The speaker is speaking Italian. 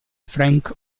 frank